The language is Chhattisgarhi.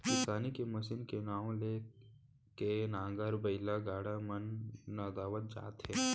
किसानी के मसीन के नांव ले के नांगर, बइला, गाड़ा मन नंदावत जात हे